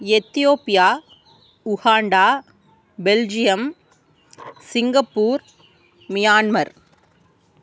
Ethiopia Uganda Belgium Singapore Myanmar